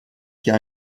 hier